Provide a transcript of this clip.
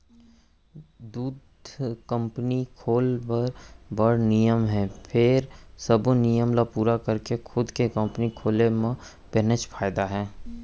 दूद कंपनी खोल बर बड़ नियम हे फेर सबो नियम ल पूरा करके खुद के कंपनी खोले म बनेच फायदा हे